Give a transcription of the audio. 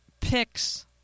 picks